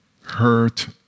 hurt